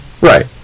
Right